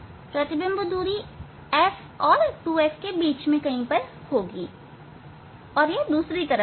प्रतिबिंब दूरी f और 2f के बीच में होगी यह दूसरी तरफ होगी